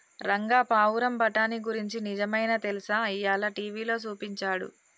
రంగా పావురం బఠానీ గురించి నిజమైనా తెలుసా, ఇయ్యాల టీవీలో సూపించాడు